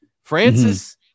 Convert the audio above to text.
Francis